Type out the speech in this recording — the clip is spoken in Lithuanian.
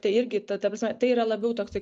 tai irgi ta ta prasme tai yra labiau toksai